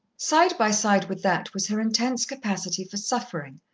side by side with that, was her intense capacity for suffering,